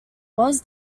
was